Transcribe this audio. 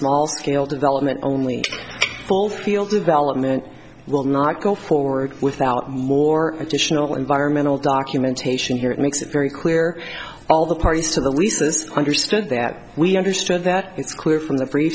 small scale development only full field development will not go forward without more additional environmental documentation here it makes it very clear all the parties to the leases understood that we understand that it's clear from the